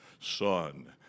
Son